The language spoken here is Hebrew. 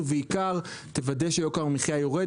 ובעיקר תוודא שיוקר המחיה יורד,